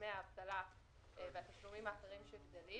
דמי האבטלה והתשלומים האחרים שגדלים